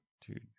Dude